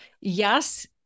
Yes